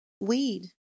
weed